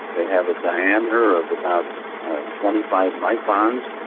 they have a diameter of about twenty five microns.